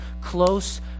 close